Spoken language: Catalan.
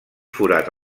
forat